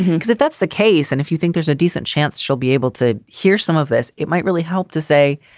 because if that's the case and if you think there's a decent chance she'll be able to hear some of this, it might really help to say,